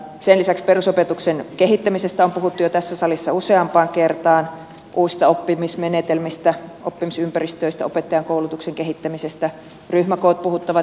sen lisäksi perusopetuksen kehittämisestä on puhuttu jo tässä salissa useampaan kertaan uusista oppimismenetelmistä oppimisympäristöistä opettajankoulutuksen kehittämisestä ryhmäkoot puhuttavat jatkuvasti